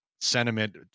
sentiment